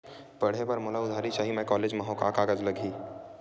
पढ़े बर मोला उधारी चाही मैं कॉलेज मा हव, का कागज लगही?